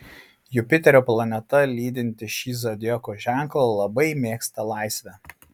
jupiterio planeta lydinti šį zodiako ženklą labai mėgsta laisvę